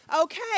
Okay